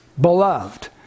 beloved